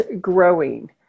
growing